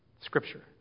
scripture